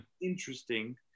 interesting